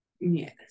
Yes